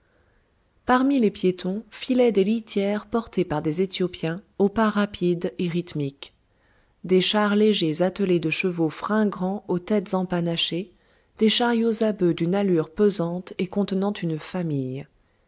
parmi les piétons filaient les litières portées par des éthiopiens au pas rapide et rythmique des chars légers attelés de chevaux fringants aux têtes empanachées des chariots à bœufs d'une allure pesante et contenant une famille